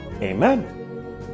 Amen